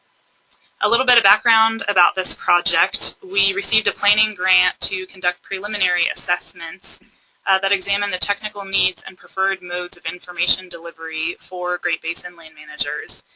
a little bit of background about this project, we a planning grant to conduct preliminary assessments that examine the technical needs and preferred modes of information delivery for great basin land managers.